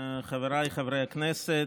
חבריי חברי הכנסת,